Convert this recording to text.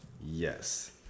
Yes